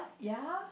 ya